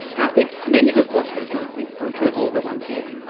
and i think many good philosophers and i think probably true of all of the ones here,